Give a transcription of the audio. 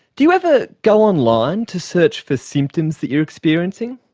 do you ever go online to search for symptoms that you're experiencing?